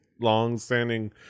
long-standing